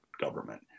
government